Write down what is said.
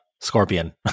scorpion